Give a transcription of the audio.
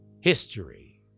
history